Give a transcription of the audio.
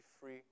free